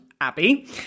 Abby